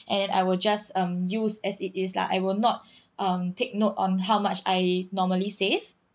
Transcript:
and I will just um use as it is lah I will not um take note on how much I normally save